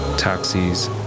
Taxis